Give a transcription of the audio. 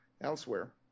elsewhere